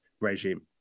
regime